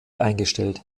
eingestellt